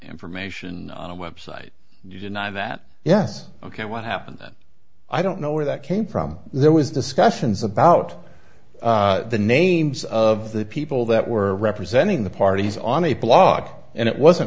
information on a website you deny that yes ok what happened that i don't know where that came from there was discussions about the names of the people that were representing the parties on a blog and it wasn't